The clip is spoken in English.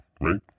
right